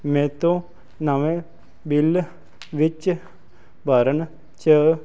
ਮੇਰੇ ਤੋਂ ਨਵੇਂ ਬਿੱਲ ਵਿੱਚ ਭਰਨ 'ਚ